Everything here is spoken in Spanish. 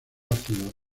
ácidos